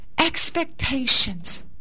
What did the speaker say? Expectations